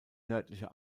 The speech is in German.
nördliche